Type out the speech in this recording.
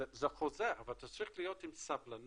זה חוזר, אבל אתה צריך להיות עם סבלנות